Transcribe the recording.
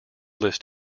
list